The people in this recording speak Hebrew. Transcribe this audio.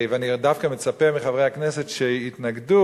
ואני דווקא מצפה מחברי הכנסת שיתנגדו,